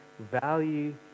Value